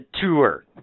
tour